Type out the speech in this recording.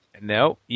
No